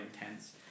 intense